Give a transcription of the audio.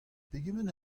pegement